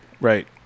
Right